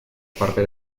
parte